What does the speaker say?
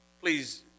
Please